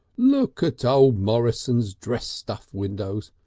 look at old morrison's dress-stuff windows!